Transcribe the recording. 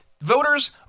voters